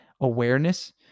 awareness